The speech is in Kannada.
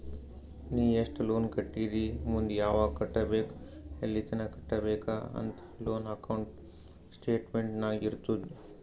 ನೀ ಎಸ್ಟ್ ಲೋನ್ ಕಟ್ಟಿದಿ ಮುಂದ್ ಯಾವಗ್ ಕಟ್ಟಬೇಕ್ ಎಲ್ಲಿತನ ಕಟ್ಟಬೇಕ ಅಂತ್ ಲೋನ್ ಅಕೌಂಟ್ ಸ್ಟೇಟ್ಮೆಂಟ್ ನಾಗ್ ಇರ್ತುದ್